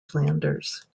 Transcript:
flanders